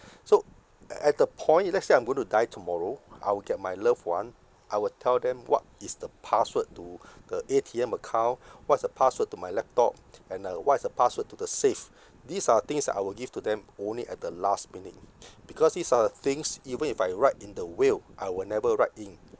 so a~ at the point let's say I'm going to die tomorrow I will get my loved one I will tell them what is the password to the A_T_M account what's the password to my laptop and uh what is the password to the safe these are things that I will give to them only at the last minute because these are the things even if I write in the will I will never write in